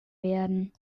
werden